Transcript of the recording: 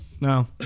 no